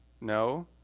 no